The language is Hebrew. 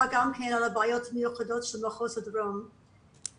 על הבעיות המיוחדות של מחוז הדרום.